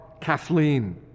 Kathleen